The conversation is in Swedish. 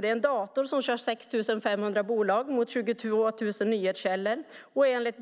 Det är en dator som kör 6 500 bolag mot 22 000 nyhetskällor och enligt